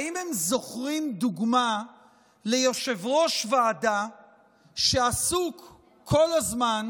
הם זוכרים דוגמה ליושב-ראש ועדה שעסוק כל הזמן